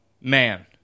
man